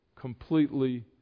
completely